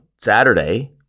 Saturday